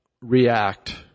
react